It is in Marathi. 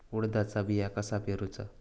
उडदाचा बिया कसा पेरूचा?